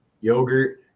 yogurt